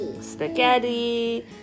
Spaghetti